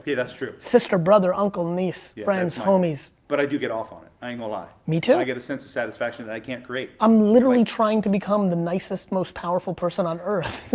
yeah, that's true. sister, brother uncle, niece, friends, homies. but i do get off on it, i ain't gone lie. me too. i get a sense of satisfaction that i can't create. i'm literally trying to become the nicest, most powerful person on earth.